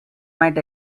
might